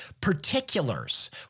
particulars